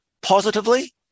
positively